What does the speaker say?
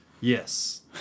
Yes